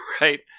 right